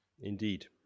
Indeed